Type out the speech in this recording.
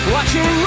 Watching